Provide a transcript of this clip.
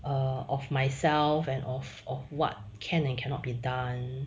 err of myself and of of what can and cannot be done